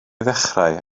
ddechrau